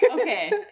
Okay